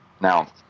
Now